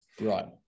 Right